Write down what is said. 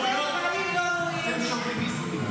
ברור שזה שוביניסטי,